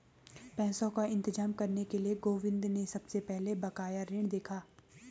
पैसों का इंतजाम करने के लिए गोविंद ने सबसे पहले बकाया ऋण देखा